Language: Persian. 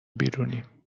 بیرونیم